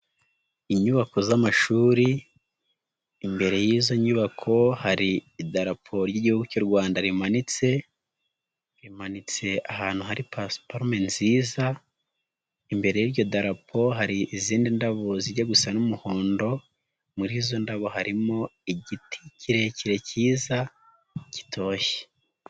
Inyubako z'amashuri, imbere y'izo nyubako hari idaraporo ry'igihugu cy'u Rwanda rimanitse rimanitse, ahantu hari pasiparume nziza, imbere y'iryo darapo hari izindi ndabo zijya gusa n'umuhondo, muri izo ndabo harimo igiti kirekire cyiza kitoshye.